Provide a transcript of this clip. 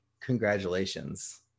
congratulations